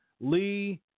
Lee